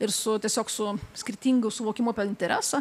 ir su tiesiog su skirtingu suvokimu apie interesą